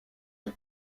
des